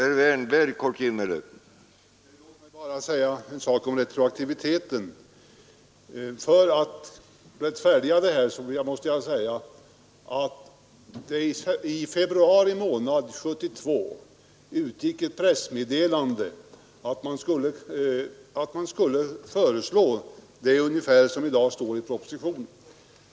Herr talman! Låt mig bara säga en sak om retroaktiviteten för att rättfärdiga vad som har skett: I februari månad 1972 utgick ett pressmeddelande om att man skulle föreslå ungefär det som i dag står i propositionen.